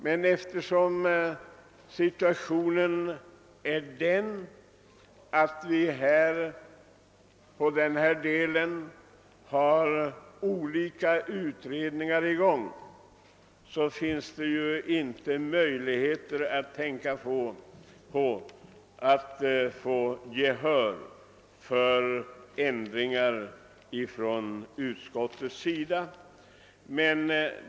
Men eftersom situationen är den att vi på detta område har olika utredningar i gång, finns det inte möjlighet att hos utskottet vinna gehör för ändringsförslag.